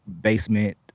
basement